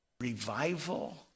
revival